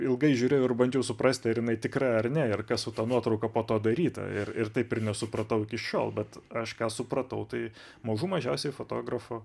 ilgai žiūrėjau ir bandžiau suprasti ar jinai tikra ar ne ir kas su ta nuotrauka po to daryta ir ir taip ir nesupratau iki šiol bet aš ką supratau tai mažų mažiausiai fotografo